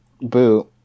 Boot